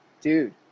dude